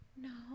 no